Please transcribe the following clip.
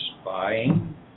spying